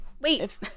wait